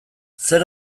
zer